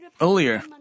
earlier